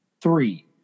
three